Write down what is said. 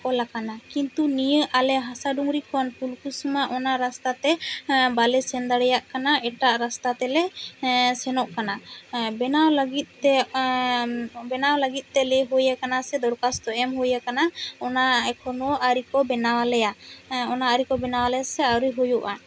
ᱚᱞᱟᱠᱟᱱᱟ ᱠᱤᱱᱛᱩ ᱱᱤᱭᱟᱹ ᱟᱞᱮ ᱦᱟᱥᱟᱰᱩᱝᱨᱤ ᱠᱷᱚᱱ ᱯᱷᱩᱞᱠᱩᱥᱢᱟ ᱚᱱᱟ ᱨᱟᱥᱛᱟ ᱛᱮ ᱵᱟᱞᱮ ᱥᱮᱱ ᱫᱟᱲᱮᱭᱟᱜ ᱠᱟᱱᱟ ᱮᱴᱟᱜ ᱨᱟᱥᱛᱟ ᱛᱮ ᱞᱮ ᱥᱮᱱᱚᱜ ᱠᱟᱱᱟ ᱵᱮᱱᱟᱣ ᱞᱟᱹᱜᱤᱫ ᱛᱮ ᱵᱮᱱᱟᱣ ᱞᱟᱹᱜᱤᱫ ᱛᱮ ᱞᱮᱭ ᱦᱩᱭ ᱟᱠᱟᱱᱟ ᱥᱮ ᱫᱚᱨᱠᱟᱥ ᱮᱢ ᱦᱩᱭ ᱟᱠᱟᱱᱟ ᱚᱱᱟ ᱮᱠᱷᱚᱱ ᱦᱚᱸ ᱟᱹᱨᱤ ᱠᱚ ᱵᱮᱱᱟᱣ ᱟᱞᱮᱭᱟ ᱚᱱᱟ ᱟᱹᱨᱤ ᱠᱚ ᱵᱮᱱᱟᱣ ᱟᱞᱮᱭᱟ ᱥᱮ ᱟᱹᱣᱨᱤ ᱦᱩᱭᱩᱜᱼᱟ